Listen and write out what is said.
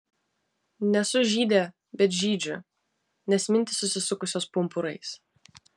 nesu žydė bet žydžiu nes mintys susisukusios pumpurais